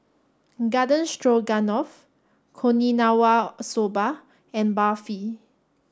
Garden Stroganoff Okinawa Soba and Barfi